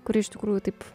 kuri iš tikrųjų taip